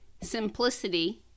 simplicity